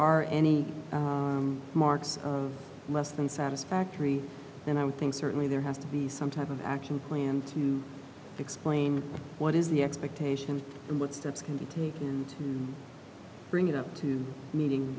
are any marks less than satisfactory then i would think certainly there has to be some type of action plan to explain what is the expectation and what steps can be taken to bring it up to meeting